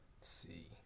see